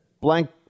blank